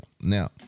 Now